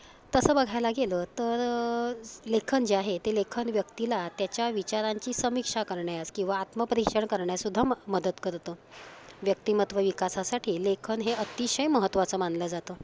तसं बघायला गेलं तर स लेखन जे आहे ते लेखन व्यक्तीला त्याच्या विचारांची समीक्षा करण्यास किंवा आत्मपरीक्षण करण्यास सुद्धा मदत करतं व्यक्तिमत्व विकासासाठी लेखन हे अतिशय महत्वाचं मानलं जातं